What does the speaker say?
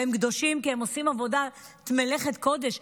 והם קדושים כי הם עושים מלאכת קודש.